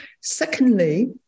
Secondly